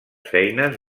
feines